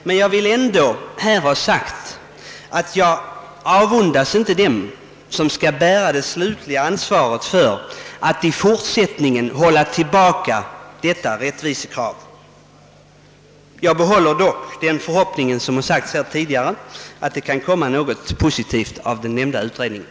Men jag vill ändå här ha sagt att jag inte avundas dem som skall bära det slutliga ansvaret för att detta rättvisekrav hålls tillbaka. Jag behåller dock förhoppningen — den har uttalats tidigare här i dag — att något positivt kan bli resultatet av den nämnda utredningen.